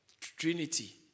Trinity